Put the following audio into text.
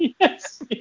Yes